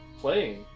playing